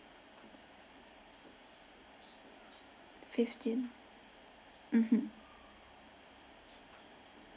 fifteen mmhmm